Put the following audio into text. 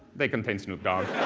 they contain snoop dog.